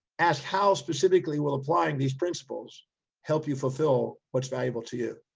ask how specifically will applying these principles help you fulfill what's valuable to you.